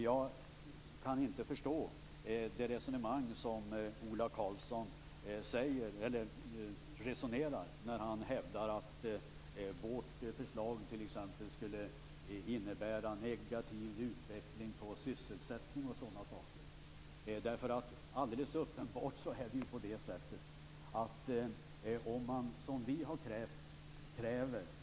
Jag kan inte förstå det resonemang som Ola Karlsson för när han hävdar att t.ex. vårt förslag skulle innebära en negativ utveckling för sysselsättning och sådana saker.